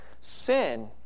sin